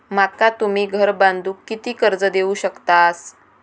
माका तुम्ही घर बांधूक किती कर्ज देवू शकतास?